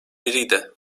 biriydi